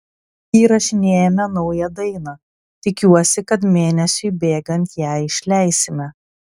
įrašinėjame naują dainą tikiuosi kad mėnesiui bėgant ją išleisime